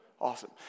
Awesome